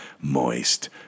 moist